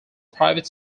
private